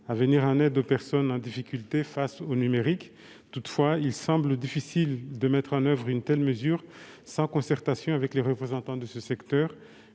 à venir en aide aux personnes en difficulté face au numérique, il semble toutefois difficile de mettre en oeuvre une telle mesure sans concertation avec les représentants de ce secteur.